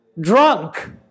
Drunk